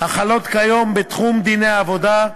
החלות כיום בתחום דיני העבודה,